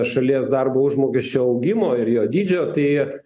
šalies darbo užmokesčio augimo ir jo dydžio tai